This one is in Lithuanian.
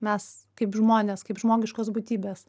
mes kaip žmonės kaip žmogiškos būtybės